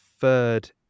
third